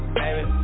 baby